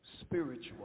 spiritual